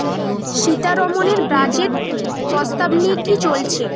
সীতারমনের budget প্রস্তাব নিয়ে কি চলছে